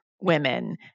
women